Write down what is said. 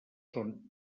són